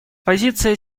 позиция